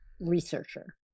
researcher